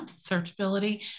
Searchability